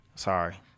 Sorry